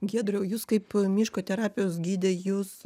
giedre o jūs kaip miško terapijos gidė jūs